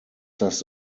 das